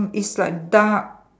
it's like dark